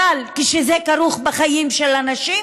אבל כשזה כרוך בחיים של הנשים